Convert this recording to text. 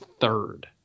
third